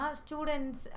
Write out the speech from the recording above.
students